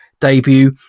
debut